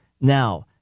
now